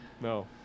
No